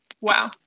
Wow